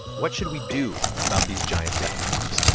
what should we do about these giant tech companies?